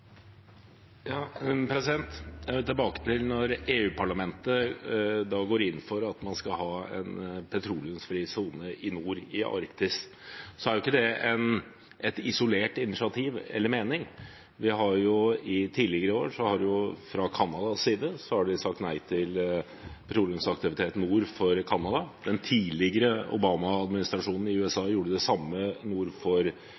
Tilbake til at EU-parlamentet går inn for at man skal ha en petroleumsfri sone i nord, i Arktis: Det er jo ikke et isolert initiativ eller en isolert mening. Tidligere i år har Canada sagt nei til petroleumsaktivitet nord for Canada. Den tidligere Obama-administrasjonen i